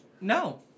No